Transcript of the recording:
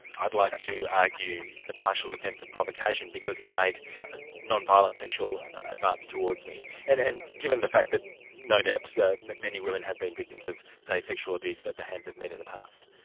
i'd like to argue the partial defence of provocation because he made a non-violent sexual advance towards me? and and given the fact that no doubt many women have been victims of say sexual abuse at the hands of men in the past?